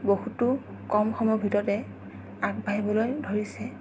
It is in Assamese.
বহুতো কম সময়ৰ ভিতৰতে আগবাঢ়িবলৈ ধৰিছে